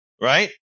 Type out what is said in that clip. right